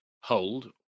hold